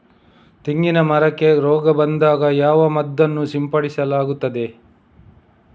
ತೆಂಗಿನ ಮರಕ್ಕೆ ರೋಗ ಬಂದಾಗ ಯಾವ ಮದ್ದನ್ನು ಸಿಂಪಡಿಸಲಾಗುತ್ತದೆ?